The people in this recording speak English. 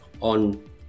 on